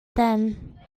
then